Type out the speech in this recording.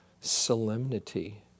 solemnity